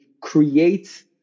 create